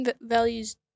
values